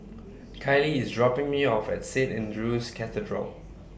Kylie IS dropping Me off At Saint Andrew's Cathedral